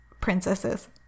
princesses